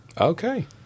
Okay